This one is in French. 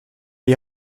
est